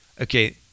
okay